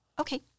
Okay